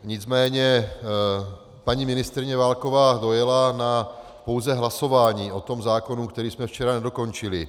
Nicméně paní ministryně Válková dojela na pouze hlasování o tom zákonu, který jsme včera nedokončili.